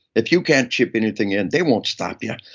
if you can't chip anything in they won't stop yeah